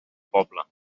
poble